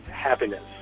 Happiness